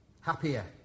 happier